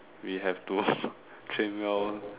we have to train well